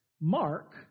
Mark